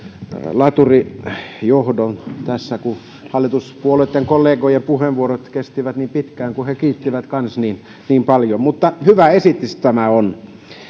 laturijohdon tässä kun hallituspuolueitten kollegojen puheenvuorot kestivät niin pitkään kun he kiittivät kanssa niin niin paljon mutta hyvä esitys tämä on